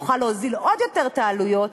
תוכל להוריד עוד יותר את העלויות,